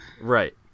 right